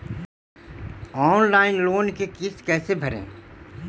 Online loan के किस्त कैसे भरे?